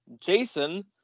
Jason